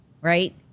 right